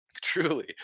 Truly